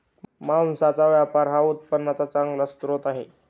मांसाचा व्यापार हा उत्पन्नाचा चांगला स्रोत आहे